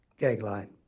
Gagline